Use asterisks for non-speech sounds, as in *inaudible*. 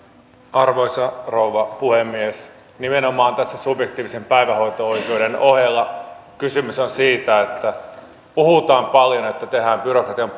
arvoisa rouva puhemies nimenomaan tässä subjektiivisen päivähoito oikeuden ohella kysymys on siitä että vaikka puhutaan paljon että tehdään byrokratian *unintelligible*